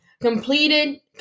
completed